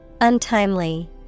Untimely